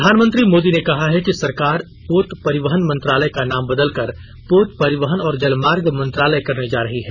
प्रधानमंत्री मोदी ने कहा है कि सरकार पोत परिवहन मंत्रालय का नाम बदलकर पोत परिवहन और जलमार्ग मंत्रालय करने जा रही है